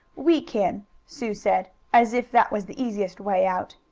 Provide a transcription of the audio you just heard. we can, sue said, as if that was the easiest way out.